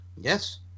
Yes